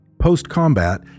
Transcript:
Post-combat